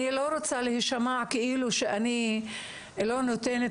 אני לא רוצה להישמע כאילו שאני לא נותנת